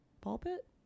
pulpit